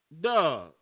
Duh